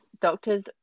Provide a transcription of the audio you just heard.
doctors